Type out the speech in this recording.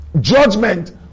judgment